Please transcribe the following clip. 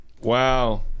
Wow